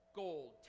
gold